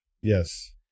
Yes